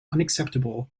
unacceptable